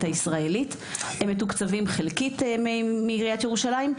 הישראלית והם מתוקצבים באופן חלקי מעיריית ירושלים.